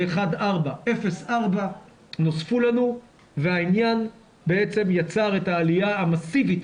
1.4. 0.4 נוספו לנו והעניין בעצם יצר את העלייה המסיבית,